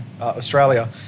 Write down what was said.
Australia